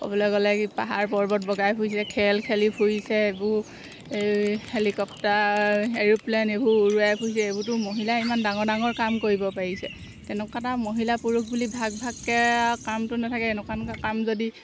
ক'বলৈ গ'লে কি পাহাৰ পৰ্বত বগাই ফুৰিছে খেল খেলি ফুৰিছে এইবোৰ এই হেলিকপ্তাৰ এৰোপ্লেন এইবোৰ উৰুৱাই ফুৰিছে এইবোৰতো মহিলাই ইমান ডাঙৰ ডাঙৰ কাম কৰিব পাৰিছে তেনেকুৱাত আৰু মহিলা পুৰুষ বুলি ভাগ ভাগকৈ আৰু কামটো নাথাকে এনেকুৱা এনেকুৱা কাম যদি